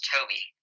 Toby